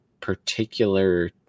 particular